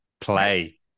Play